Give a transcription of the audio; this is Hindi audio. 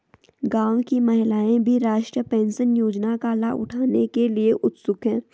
गांव की महिलाएं भी राष्ट्रीय पेंशन योजना का लाभ उठाने के लिए उत्सुक हैं